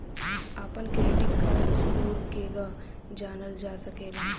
अपना credit score केगा जानल जा सकेला?